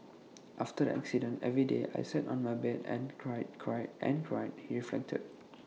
after the accident every day I sat on my bed and cried cried and cried he reflected